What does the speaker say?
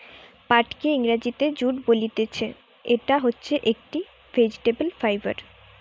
পাটকে ইংরেজিতে জুট বলতিছে, ইটা হচ্ছে একটি ভেজিটেবল ফাইবার